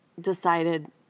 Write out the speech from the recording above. decided